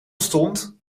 stond